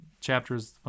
chapters